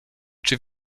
czy